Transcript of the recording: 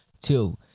two